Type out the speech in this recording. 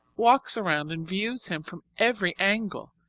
walks around and views him from every angle,